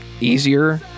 easier